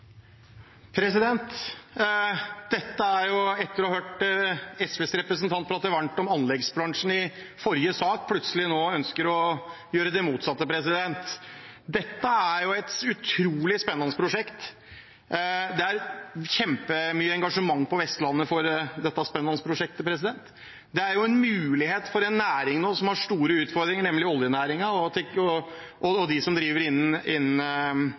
Etter å ha hørt SVs representant prate varmt om anleggsbransjen i forrige sak, ønsker hun plutselig nå å gjøre det motsatte. Dette er et utrolig spennende prosjekt. Det er kjempestort engasjement på Vestlandet for dette spennende prosjektet. Det er en mulighet for en næring som nå har store utfordringer, nemlig oljenæringen. Og de som driver innen oljenæringen, har sett dette som